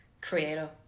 Creator